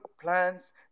plans